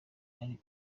ari